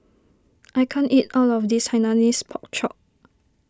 I can't eat all of this Hainanese Pork Chop